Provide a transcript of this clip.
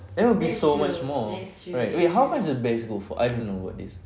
that will be so much more right wait how much does the bags go for I don't know about this